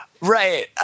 right